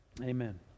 Amen